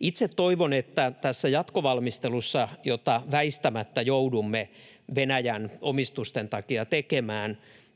Itse toivon, että tässä jatkovalmistelussa, jota väistämättä joudumme Venäjän omistusten takia tekemään,